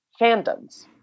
fandoms